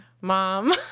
mom